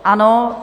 Ano.